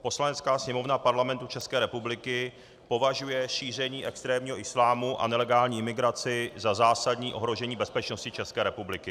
Poslanecká sněmovna Parlamentu České republiky považuje šíření extrémního islámu a nelegální migraci za zásadní ohrožení bezpečnosti České republiky.